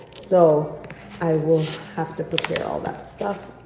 so i will have to prepare all that stuff,